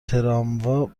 تراموا